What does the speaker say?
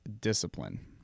discipline